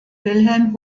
wilhelm